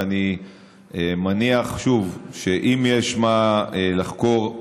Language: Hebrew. ואני מניח שאם יש מה לחקור,